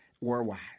Worldwide